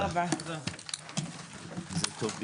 הישיבה ננעלה בשעה 10:46.